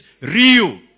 real